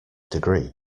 degree